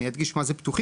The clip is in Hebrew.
אני אדגיש מה זה פתוחים,